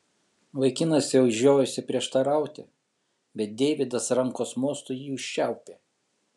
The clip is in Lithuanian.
vaikinas jau žiojosi prieštarauti bet deividas rankos mostu jį užčiaupė